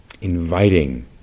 Inviting